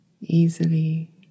Easily